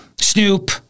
Snoop